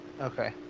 Okay